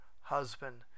husband